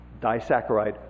disaccharide